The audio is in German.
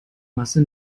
masse